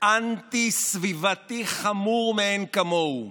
אנטי-סביבתי חמור מאין כמוהו,